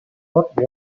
hot